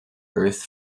earth